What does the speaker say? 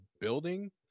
building